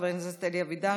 חבר הכנסת אלי אבידר,